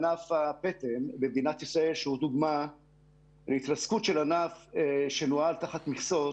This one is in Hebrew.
במדינת ישראל שהוא דוגמה להתרסקות ענף שנוהל תחת מכסות